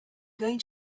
going